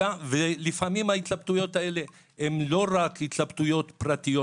ולפעמים ההתלבטויות האלה לא רק התלבטויות פרטיות